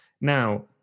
Now